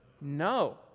no